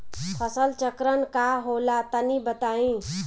फसल चक्रण का होला तनि बताई?